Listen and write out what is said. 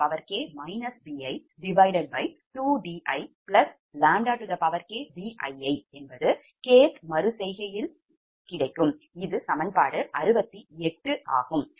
Pgikʎk bi2diʎkBii kthமறு செய்கையில் இது சமன்பாடு 68 ஆகும்